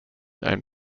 ein